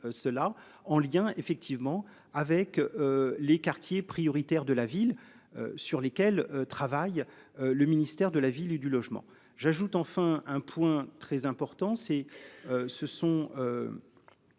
cela en lien effectivement avec. Les quartiers prioritaires de la ville. Sur lesquelles travaille le ministère de la ville et du logement. J'ajoute enfin un point très important